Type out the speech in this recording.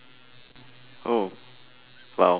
oh !wow!